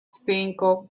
cinco